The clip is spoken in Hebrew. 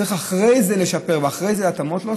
צריך אחרי זה לשפר וצריך אחרי זה התאמות.